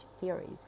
theories